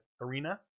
arena